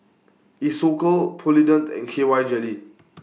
Isocal Polident and K Y Jelly